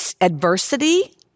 adversity